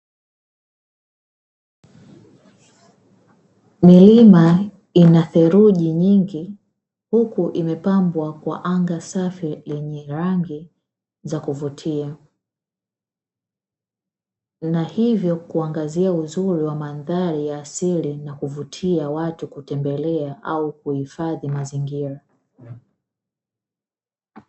Milima ina theluji nyingi huku imepambwa kwa anga safi lenye rangi za kuvutia, na hivyo kuangazia uzuri wa mandhari ya asili na kuvutia watu kutembelea au kuhifadhi mazingira.